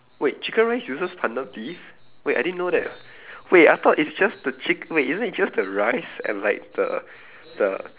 wait chicken rice uses pandan leaf wait I didn't know that wait I thought it's just the chick~ wait isn't it just the rice and like the the